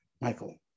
Michael